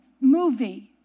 movie